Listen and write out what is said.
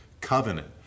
Covenant